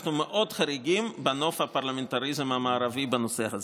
אנחנו מאוד חריגים בנוף הפרלמנטריזם המערבי בנושא הזה.